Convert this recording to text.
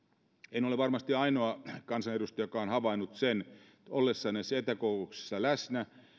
en ole varmasti ainoa kansanedustaja joka on havainnut sen ollessaan näissä etäkokouksissa läsnä